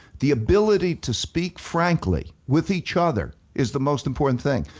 the ability to speak frankly with each other is the most important thing.